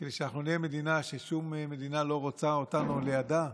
כדי שאנחנו נהיה מדינה ששום מדינה לא רוצה אותנו לידה?